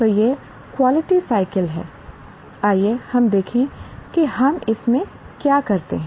तो यह quality cycle है आइए हम देखें कि हम इसमें क्या करते हैं